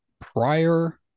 prior